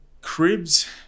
Cribs